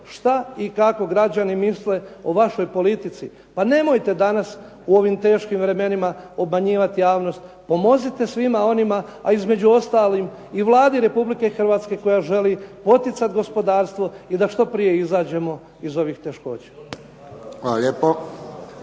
šta i kako građani misle o vašoj politici. Pa nemojte danas u ovim teškim vremenima obmanjivati javnost. Pomozite svima onima a između ostalim i Vladi Republike Hrvatske koja želi poticati gospodarstvo i da što prije izađemo iz ovih teškoća. **Friščić,